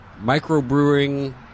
micro-brewing